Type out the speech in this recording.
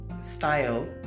style